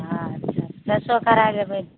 अच्छा फेसो करा लेबै